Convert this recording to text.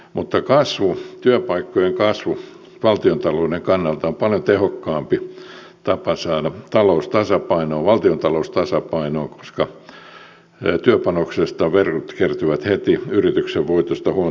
mutta kasvu työpaikkojen kasvu valtiontalouden kannalta on paljon tehokkaampi tapa saada tvaltiontalous tasapainoon koska työpanoksesta verot kertyvät heti yrityksen voitosta huomattavasti hitaammin